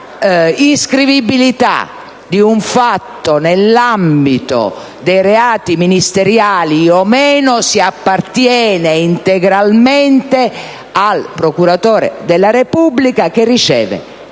La inscrivibilità di un fatto nell'ambito dei reati ministeriali o meno appartiene integralmente al procuratore della Repubblica che riceve